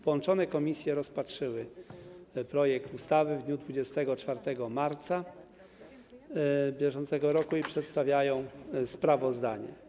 Połączone komisje rozpatrzyły projekt ustawy w dniu 24 marca br. i przedstawiają sprawozdanie.